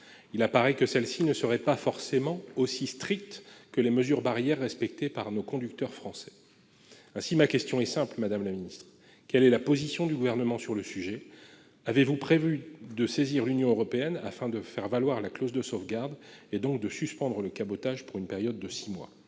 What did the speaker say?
Il apparaît que celles-ci ne seraient pas forcément aussi strictes que les mesures barrières respectées par nos conducteurs français. Ainsi, ma question est simple : quelle est la position du Gouvernement sur le sujet et celui-ci a-t-il prévu de saisir l'Union européenne afin de faire valoir la clause de sauvegarde et, donc, de suspendre le cabotage pour une période de six mois ?